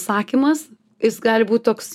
sakymas jis gali būt toks